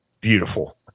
beautiful